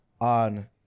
on